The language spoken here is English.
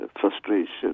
frustration